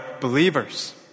believers